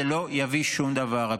זה לא יביא שום דבר.